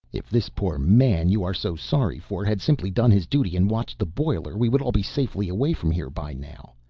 if this poor man you are so sorry for had simply done his duty and watched the boiler, we would all be safely away from here by now.